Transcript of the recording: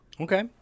Okay